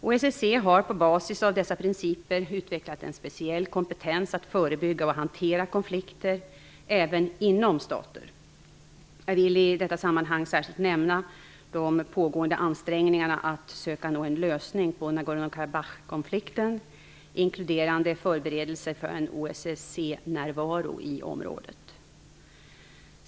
OSSE har på basis av dessa principer utvecklat en speciell kompetens att förebygga och hantera konflikter även inom stater. Jag vill i detta sammanhang särskilt nämna de pågående ansträngningarna att söka nå en lösning på Nagorno-Karabach-konflikten, inkluderande förberedelser för en OSSE-närvaro i området.